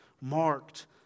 marked